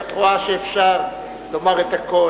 את רואה שאפשר לומר את הכול